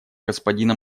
господина